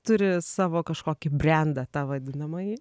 turi savo kažkokį brendą tą vadinamąjį